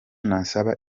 nasaba